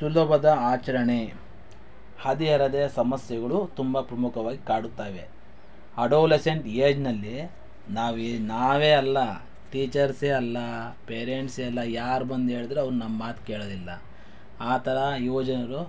ಸುಲಭದ ಆಚರಣೆ ಹದಿಹರೆಯದ ಸಮಸ್ಯೆಗಳು ತುಂಬ ಪ್ರಮುಖವಾಗಿ ಕಾಡುತ್ತಾಯಿವೆ ಅಡೊಲೆಸೆಂಟ್ ಏಜ್ನಲ್ಲಿ ನಾವು ನಾವೇ ಅಲ್ಲ ಟೀಚರ್ಸೆ ಅಲ್ಲ ಪೇರೆಂಟ್ಸೆ ಅಲ್ಲ ಯಾರು ಬಂದು ಹೇಳಿದ್ರೂ ಅವರು ನಮ್ಮ ಮಾತು ಕೇಳೋದಿಲ್ಲ ಆ ಥರ ಯುವಜನರು